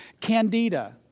Candida